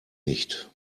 nicht